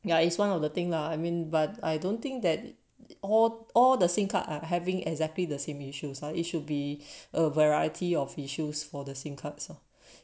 ya is one of the thing lah I mean but I don't think that all all the same card are having exactly the same issues are it should be a variety of issues for the SIM cards ah